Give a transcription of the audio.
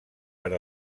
per